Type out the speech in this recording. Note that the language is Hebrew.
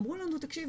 אמרו לנו תקשיבי,